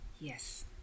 Yes